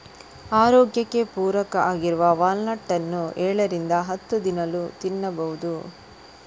ಆರೋಗ್ಯಕ್ಕೆ ಪೂರಕ ಆಗಿರುವ ವಾಲ್ನಟ್ ಅನ್ನು ಏಳರಿಂದ ಹತ್ತು ದಿನಾಲೂ ತಿನ್ಬಹುದು